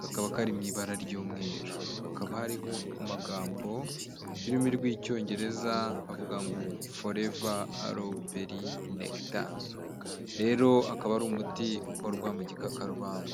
kakaba kari mu ibara ry'umweru, hakaba hariho amagambo y'ururimi rw'Icyongereza avuga ngo Foreva Aroweberi nekitari, rero akaba ari umuti ukorwa mu gikakarubamba.